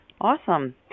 Awesome